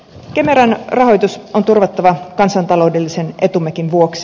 kemeran rahoitus on turvattava kansantaloudellisen etummekin vuoksi